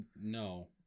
No